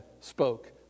spoke